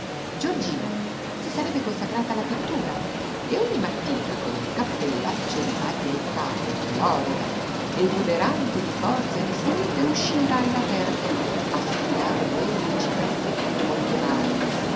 giorgina si sarebbe consacrata alla pittura e ogni mattina con un cappellaccio di paglia in capo florida esuberante di forza e di salute usciva all'aperto a sfidare a duello i cipressetti di monte mario